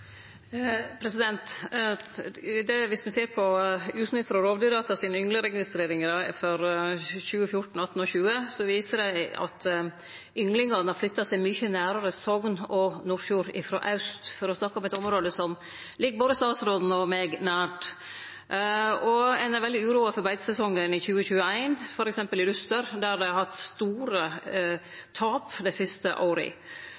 me ser på utsnitt frå Rovdyrdata sine yngleregistreringar for 2014, 2018 og 2020, viser dei at ynglingane har flytt seg mykje nærare Sogn og Nordfjord frå aust, for å snakke om eit område som ligg både statsråden og meg nært. Ein er veldig uroa for beitesesongen i 2021, f.eks. i Luster, der dei har hatt store tap dei siste åra.